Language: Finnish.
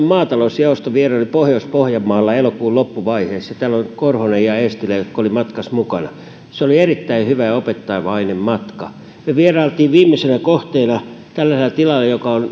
maatalousjaosto vieraili pohjois pohjanmaalla elokuun loppuvaiheessa täällä ovat korhonen ja eestilä jotka olivat matkassa mukana se oli erittäin hyvä ja opettavainen matka me vierailimme viimeisenä kohteena tällaisella viskaalin tilalla joka on